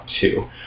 two